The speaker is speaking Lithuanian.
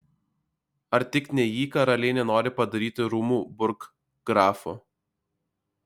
ar tik ne jį karalienė nori padaryti rūmų burggrafu